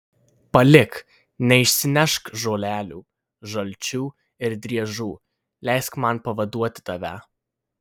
palik neišsinešk žolelių žalčių ir driežų leisk man pavaduoti tave